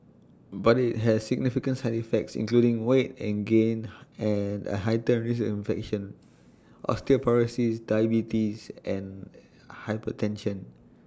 but IT has significant side effects including weight and gain and A heightened risk of infection osteoporosis diabetes and hypertension